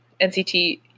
NCT